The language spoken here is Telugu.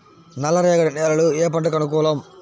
నల్ల రేగడి నేలలు ఏ పంటకు అనుకూలం?